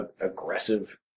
aggressive